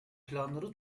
planları